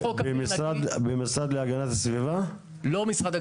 נושא ההתחממות הגלובלית,